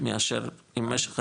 מאשר עם משך הזמן,